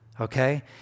Okay